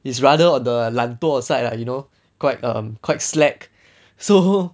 he's rather the 懒惰 side lah you know quite um quite slack so